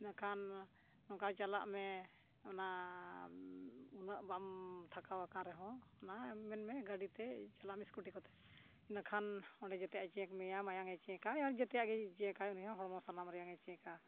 ᱤᱱᱟᱹᱠᱷᱟᱱ ᱱᱚᱝᱠᱟ ᱪᱟᱞᱟᱜ ᱢᱮ ᱚᱱᱟ ᱩᱱᱟᱹᱜ ᱵᱟᱢ ᱛᱷᱟᱠᱟᱣ ᱟᱠᱟᱱ ᱨᱮᱦᱚᱸ ᱚᱱᱟ ᱢᱮᱱᱢᱮ ᱜᱟᱹᱰᱤᱛᱮ ᱪᱟᱞᱟᱜ ᱢᱮ ᱥᱠᱩᱴᱤ ᱠᱚᱛᱮ ᱤᱱᱟᱹᱠᱷᱟᱱ ᱚᱸᱰᱮ ᱡᱚᱛᱚᱣᱟᱜᱼᱮ ᱪᱮᱠ ᱢᱮᱭᱟ ᱢᱟᱭᱟᱝᱼᱮ ᱪᱮᱠᱟ ᱡᱮᱛᱮᱭᱟᱜ ᱜᱮ ᱪᱮᱠᱟᱭ ᱩᱱᱤᱦᱚᱸ ᱦᱚᱲᱢᱚ ᱥᱟᱱᱟᱢ ᱨᱮᱭᱟᱜᱼᱮ ᱪᱮᱠᱟ